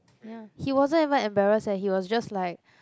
ya he wasn't even embarrassed eh he was just like